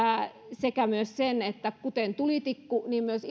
sekä myös sen että ilotuliteraketti kuten myös